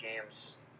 games